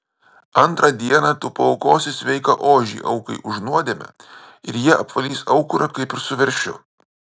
antrą dieną tu paaukosi sveiką ožį aukai už nuodėmę ir jie apvalys aukurą kaip ir su veršiu